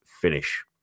finish